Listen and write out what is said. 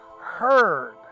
heard